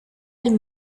del